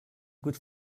good